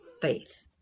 faith